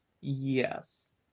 yes